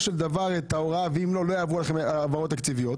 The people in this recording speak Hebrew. של דבר את ההוראה שאם לא לא יעברו להם ההעברות התקציביות,